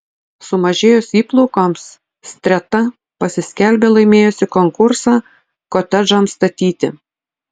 sumažėjus įplaukoms streta pasiskelbė laimėjusi konkursą kotedžams statyti